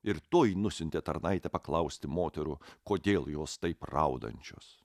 ir toji nusiuntė tarnaitę paklausti moterų kodėl jos taip raudančios